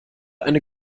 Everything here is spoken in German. eine